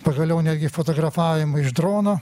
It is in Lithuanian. pagaliau netgi fotografavimo iš drono